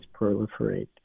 proliferate